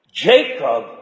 Jacob